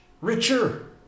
Richer